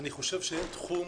אני חושב שאין תחום